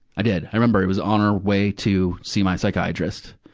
i did. i remember it was on our way to see my psychiatrist.